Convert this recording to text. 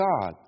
God